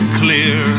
clear